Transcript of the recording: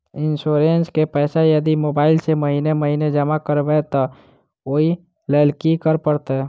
Insurance केँ पैसा यदि मोबाइल सँ महीने महीने जमा करबैई तऽ ओई लैल की करऽ परतै?